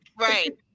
Right